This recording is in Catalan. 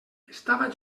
estava